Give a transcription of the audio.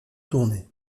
tourner